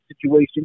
situation